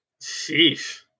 Sheesh